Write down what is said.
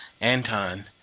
Anton